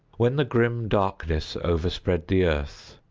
when the grim darkness overspread the earth,